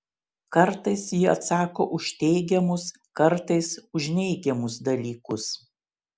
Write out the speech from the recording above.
kartais ji atsako už teigiamus kartais už neigiamus dalykus